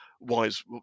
wise